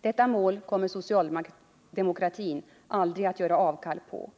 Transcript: Detta mål kommer socialdemokratin aldrig att göra avkall på.